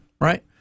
Right